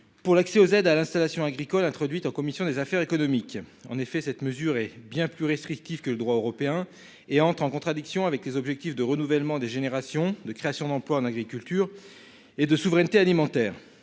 Pour l'accès aux aides à l'installation agricole introduite en commission des affaires économiques. En effet, cette mesure est bien plus restrictif que le droit européen et entre en contradiction avec les objectifs de renouvellement des générations de création d'emplois en agriculture et de souveraineté alimentaire.